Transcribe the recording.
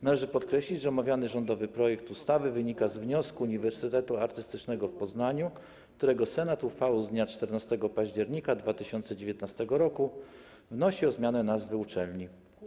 Należy podkreślić, że omawiany rządowy projekt ustawy wynika z wniosku Uniwersytetu Artystycznego w Poznaniu, którego Senat uchwałą z dnia 14 października 2019 r. wnosi o zmianę nazwy uczelni.